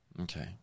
Okay